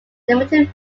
limited